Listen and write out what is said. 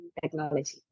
technology।